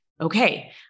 okay